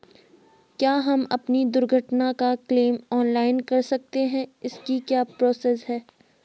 क्या हम अपनी दुर्घटना का क्लेम ऑनलाइन कर सकते हैं इसकी क्या प्रोसेस है?